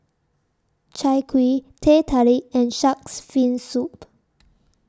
Chai Kuih Teh Tarik and Shark's Fin Soup